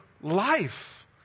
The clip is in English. life